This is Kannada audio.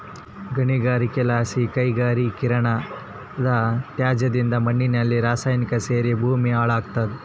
ಗಣಿಗಾರಿಕೆಲಾಸಿ ಕೈಗಾರಿಕೀಕರಣದತ್ಯಾಜ್ಯದಿಂದ ಮಣ್ಣಿನಲ್ಲಿ ರಾಸಾಯನಿಕ ಸೇರಿ ಭೂಮಿ ಹಾಳಾಗ್ತಾದ